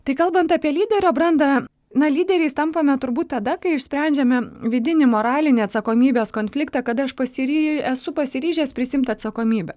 tai kalbant apie lyderio brandą na lyderiais tampame turbūt tada kai išsprendžiame vidinį moralinį atsakomybės konfliktą kad aš pasiry esu pasiryžęs prisiimt atsakomybę